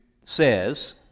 says